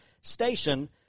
Station